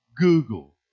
Google